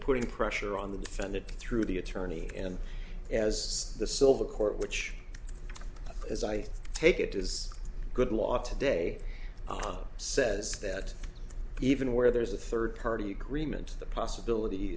putting pressure on the defendant through the attorney and as the silver court which as i take it is good law today oh says that even where there's a third party agreement the possibility